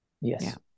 Yes